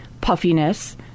puffiness